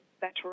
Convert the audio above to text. better